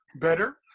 better